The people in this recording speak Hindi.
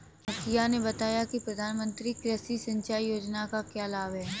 मुखिया ने बताया कि प्रधानमंत्री कृषि सिंचाई योजना का क्या लाभ है?